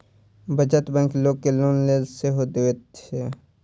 बचत बैंक लोक के लोन सेहो दैत छै